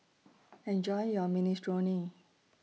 Enjoy your Minestrone